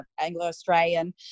anglo-australian